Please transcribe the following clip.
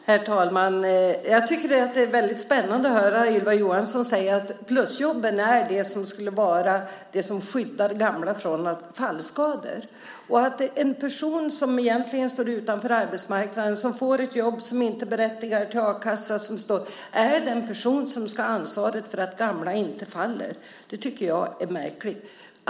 Herr talman! Jag tycker att det är spännande att höra Ylva Johansson säga att plusjobben är det som skulle skydda gamla från fallskador. Är det en person som stått utanför arbetsmarknaden, som får ett jobb och som inte är berättigad till a-kassa, som ska ha ansvaret för att gamla inte faller? Det tycker jag låter märkligt.